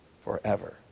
forever